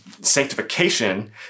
Sanctification